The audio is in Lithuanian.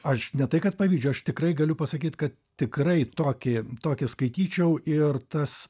aš ne tai kad pavydžiu aš tikrai galiu pasakyt kad tikrai tokį tokį skaityčiau ir tas